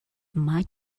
might